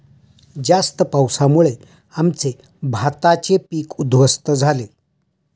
जास्त पावसामुळे आमचे भाताचे पीक उध्वस्त झाले